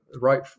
right